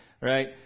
right